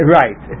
right